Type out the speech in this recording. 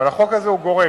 אבל החוק הזה הוא גורף.